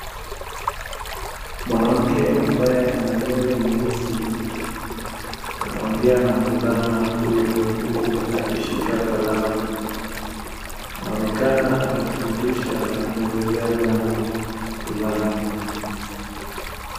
Mwanamke ambaye ana nywele nyeusi anaongea na mvulana huyo huku akishika kalamu. Anaonekana akimfundisha na kumwelezea jambo fulani.